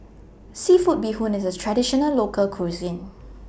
Seafood Bee Hoon IS A Traditional Local Cuisine